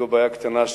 זו בעיה קטנה,